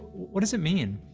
what does it mean?